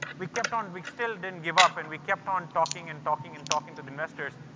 we kept on, we still didn't give up. and we kept on talking and talking and talking to the investors.